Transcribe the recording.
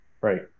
Right